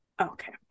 Okay